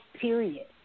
period